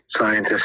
scientists